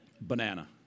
Banana